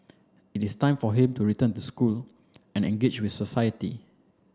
it is time for him to return to school and engage with society